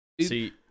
See